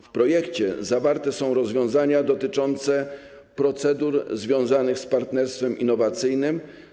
W projekcie zawarte są rozwiązania dotyczące procedur związanych z partnerstwem innowacyjnym.